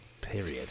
period